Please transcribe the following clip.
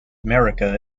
america